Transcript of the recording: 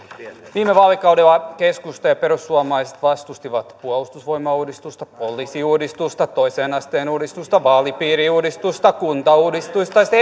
viime vaalikaudella keskusta ja perussuomalaiset vastustivat puolustusvoimauudistusta poliisiuudistusta toisen asteen uudistusta vaalipiiriuudistusta kuntauudistusta ja